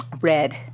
Red